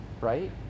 right